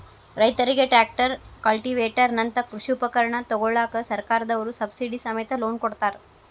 ರೈತರಿಗೆ tractor, cultivator ನಂತ ಕೃಷಿ ಉಪಕರಣ ತೊಗೋಳಾಕ ಸರ್ಕಾರದವ್ರು ಸಬ್ಸಿಡಿ ಸಮೇತ ಲೋನ್ ಕೊಡ್ತಾರ